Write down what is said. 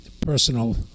personal